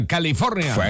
California